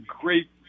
great